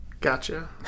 Gotcha